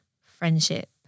friendship